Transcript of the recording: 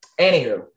anywho